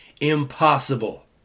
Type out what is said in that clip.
impossible